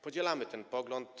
Podzielamy ten pogląd.